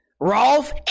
Rolf